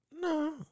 No